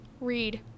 Read